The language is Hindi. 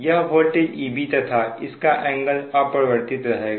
यह वोल्टेज EB तथा इसका एंगल अपरिवर्तित रहेगा